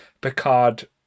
Picard